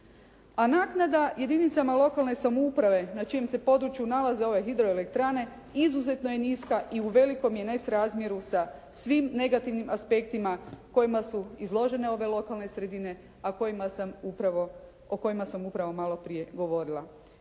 A naknada jedinicama lokalne samouprave na čijem se području nalaze ove hidroelektrane izuzetno je niska i u velikom je nesrazmjeru sa svim negativnim aspektima kojima su izložene ove lokalne sredine, a o kojima sam upravo malo prije govorila.